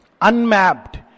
unmapped